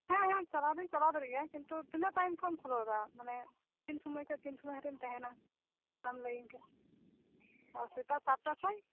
ᱦᱮᱸ ᱦᱮᱸ ᱪᱟᱞᱟᱣ ᱫᱚᱧ ᱪᱟᱞᱟᱣ ᱫᱟᱲᱮᱭᱟᱜ ᱜᱮᱭᱟ ᱠᱤᱱᱛᱩ ᱛᱤᱱᱟᱹᱜ ᱴᱟᱭᱤᱢ ᱠᱷᱚᱡ ᱮᱢ ᱠᱷᱩᱞᱟᱹᱣ ᱮᱫᱟ ᱢᱟᱱᱮ ᱛᱤᱱ ᱥᱚᱢᱚᱭ ᱠᱷᱚᱡ ᱛᱤᱱ ᱥᱚᱢᱚᱭ ᱦᱟᱹᱨᱤᱡ ᱮᱢ ᱛᱟᱦᱮᱱᱟ ᱚᱱᱟᱢ ᱞᱟᱹᱭᱟᱹᱧ ᱠᱷᱟᱱ ᱚ ᱥᱮᱛᱟᱜ ᱥᱟᱛᱴᱟ ᱠᱷᱚᱡ